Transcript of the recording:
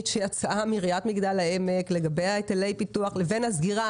שיצאה מעיריית מגדל העמק לגבי היטלי הפיתוח לבין הסגירה.